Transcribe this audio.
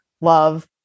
love